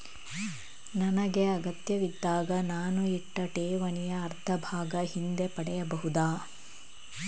ನನಗೆ ಅಗತ್ಯವಿದ್ದಾಗ ನಾನು ಇಟ್ಟ ಠೇವಣಿಯ ಅರ್ಧಭಾಗ ಹಿಂದೆ ಪಡೆಯಬಹುದಾ?